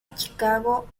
chicago